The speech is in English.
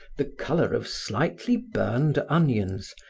the color of slightly burned onions,